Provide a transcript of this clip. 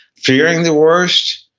fearing the worst,